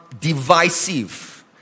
divisive